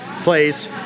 place